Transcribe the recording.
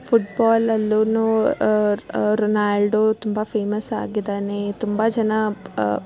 football ಅಲ್ಲೂ Ronaldo ತುಂಬ famous ಆಗಿದ್ದಾನೆ ತುಂಬ ಜನ